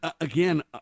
again